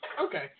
Okay